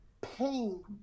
pain